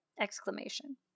exclamation